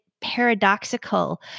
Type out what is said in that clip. paradoxical